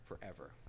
forever